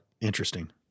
Interesting